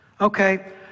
Okay